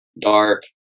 dark